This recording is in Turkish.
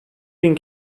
bin